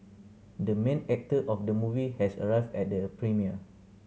the main actor of the movie has arrived at the premiere